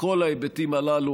כל ההיבטים הללו,